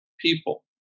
people